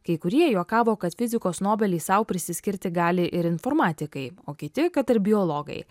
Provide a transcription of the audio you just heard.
kai kurie juokavo kad fizikos nobelį sau prisiskirti gali ir informatikai o kiti kad ir biologai